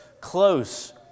Close